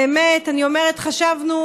באמת אני אומרת: כשחשבנו,